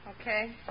Okay